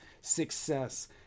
success